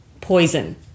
poison